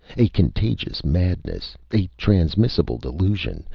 a contagious madness! a transmissible delusion!